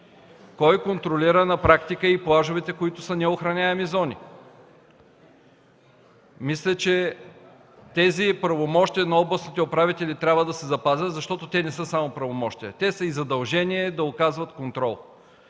Кой контролира на практика и плажовете, които са неохраняеми зони? Мисля, че тези правомощия на областните управители трябва да се запазят, защото не са само правомощия, те са и задължения да оказват контрол.